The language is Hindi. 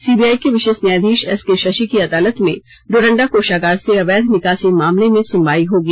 सीबीआइ के विशेष न्यायाधीश एसके शशि की अदालत में डोरंडा कोषागार से अवैध निकासी मामले में सुनवाई होगी